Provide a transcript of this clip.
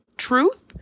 truth